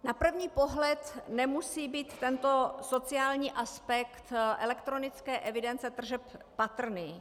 Na první pohled nemusí být tento sociální aspekt elektronické evidence tržeb patrný.